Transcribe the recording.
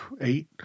Eight